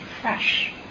fresh